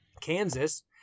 Kansas